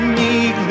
need